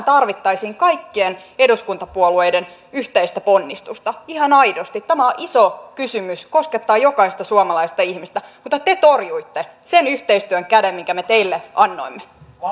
tarvittaisiin kaikkien eduskuntapuolueiden yhteistä ponnistusta ihan aidosti tämä on iso kysymys koskettaa jokaista suomalaista ihmistä mutta te torjuitte sen yhteistyön käden minkä me teille annoimme